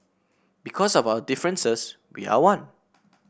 because of our differences we are one